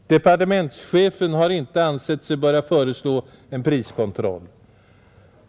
Departementschefen har inte ansett sig böra föreslå en priskontroll.